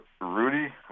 Rudy